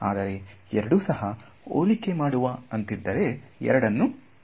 ಆದರೆ 2 ಸಹ ಹೋಲಿಕೆ ಮಾಡುವ ಅಂತಿದ್ದರೆ ಎರಡನ್ನು ಇಟ್ಟು ಇಟ್ಟುಕೊಳ್ಳುವುದು